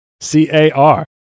C-A-R